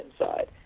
inside